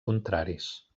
contraris